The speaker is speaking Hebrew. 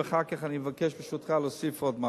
ואחר כך אני מבקש ברשותך להוסיף עוד משהו.